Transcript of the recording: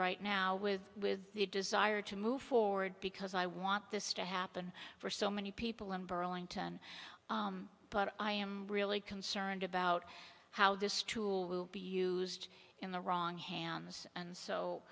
right now with with the desire to move forward because i want this to happen for so many people in burlington but i am really concerned about how this tool will be used in the wrong hands and so